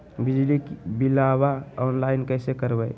बिजली बिलाबा ऑनलाइन कैसे करबै?